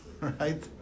Right